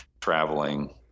traveling